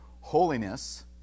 holiness